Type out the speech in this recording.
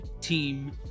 team